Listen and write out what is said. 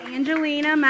Angelina